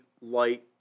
Light